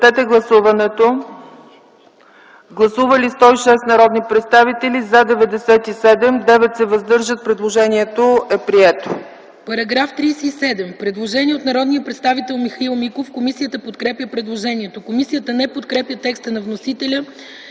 е постъпило предложение от народния представител Михаил Миков. Комисията подкрепя предложението. Комисията подкрепя по принцип текста на вносителя